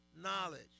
knowledge